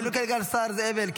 אנחנו מדברים כרגע על השר זאב אלקין,